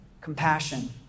compassion